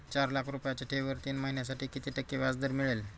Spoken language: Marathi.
चार लाख रुपयांच्या ठेवीवर तीन महिन्यांसाठी किती टक्के व्याजदर मिळेल?